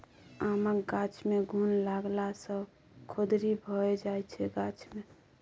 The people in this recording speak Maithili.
आमक गाछ मे घुन लागला सँ खोदरि भए जाइ छै गाछ मे